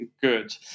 good